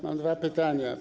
Mam dwa pytania.